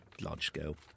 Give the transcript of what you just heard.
large-scale